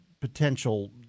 potential